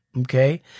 Okay